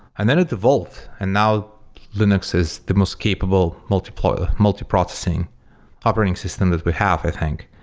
and then it evolved, and now linux is the most capable multiprocessing multiprocessing operating system that we have, i think.